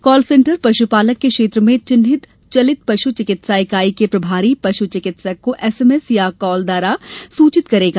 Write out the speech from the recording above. call centre पश्पालक के क्षेत्र में चिन्हित चलित पश् चिकित्सा इकाई के प्रभारी पश्चिकित्सक को एस एमएस या कॉल द्वारा सूचित करेगा